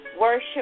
worship